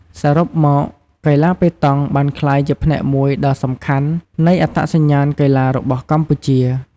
សរុបមក កីឡាប៉េតង់បានក្លាយជាផ្នែកមួយដ៏សំខាន់នៃអត្តសញ្ញាណកីឡារបស់កម្ពុជា។